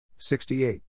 68